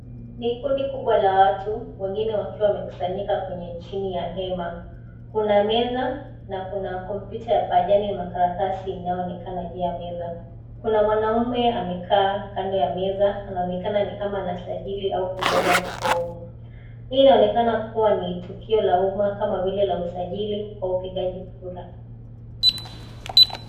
Ni kundi kubwa la watu, wengine wakiwa wamekusanyika kwenye chini ya hema, kuna meza na kuna kompyuta ya pajani makaratasi inayoonekana juu ya meza, kuna mwanaume amekaa kando ya meza anaonekana ni kama anasajili au kujaza fomu, hii inaonekana kuwa ni tukio la umma kama vile la usajili wa upigaji kura.